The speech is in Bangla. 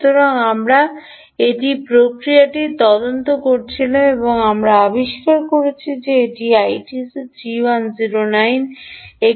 সুতরাং আমরা এটি প্রক্রিয়াটিতে তদন্ত করছিলাম যে আমরা আবিষ্কার করেছি যে এটি ITC3109 একটি উপযুক্ত বলে মনে হচ্ছে